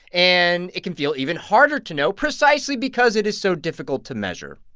and it can feel even harder to know, precisely because it is so difficult to measure